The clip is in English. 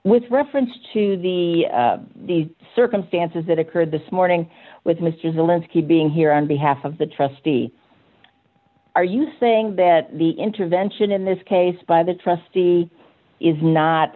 with reference to the these circumstances that occurred this morning with mr zalewski being here on behalf of the trustee are you saying that the intervention in this case by the trustee is not